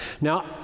Now